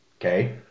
Okay